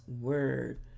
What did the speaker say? word